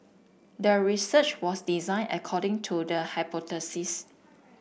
the research was designed according to the hypothesis